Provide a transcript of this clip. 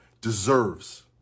deserves